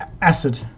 Acid